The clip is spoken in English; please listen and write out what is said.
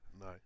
No